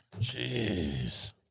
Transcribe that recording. Jeez